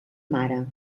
mare